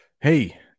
hey